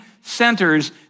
centers